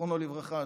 זיכרונו לברכה,